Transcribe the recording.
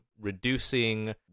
reducing